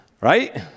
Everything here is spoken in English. right